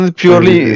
purely